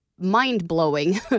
mind-blowing